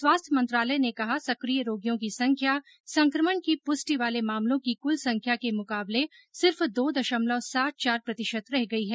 स्वास्थ्य मंत्रालय ने कहा है सक्रिय रोगियों की संख्या संक्रमण की पुष्टि वाले मामलों की कुल संख्या के मुकाबले सिर्फ दो दशमलव सात चार प्रतिशत रह गई है